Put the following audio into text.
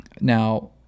Now